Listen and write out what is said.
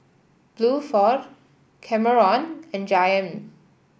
Bluford Kameron and Jayme